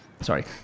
sorry